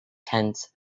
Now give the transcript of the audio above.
tents